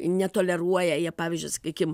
netoleruoja jie pavyzdžiui sakykim